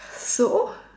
so